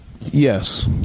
yes